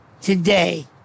today